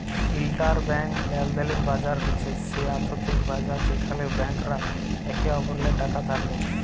interbank লেলদেলের বাজার হছে সে আথ্থিক বাজার যেখালে ব্যাংকরা একে অপরেল্লে টাকা ধার লেয়